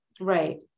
right